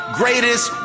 greatest